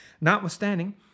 Notwithstanding